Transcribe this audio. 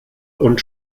und